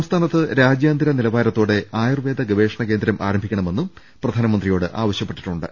സംസ്ഥാ നത്ത് രാജ്യാന്തര നില വാ ര ത്തോടെ ആയുർവേദ ഗവേഷണകേന്ദ്രം ആരംഭിക്കണമെന്നും പ്രധാ നമന്ത്രിയോട് ആവശ്യപ്പെട്ടിട്ടുണ്ട്